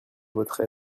votre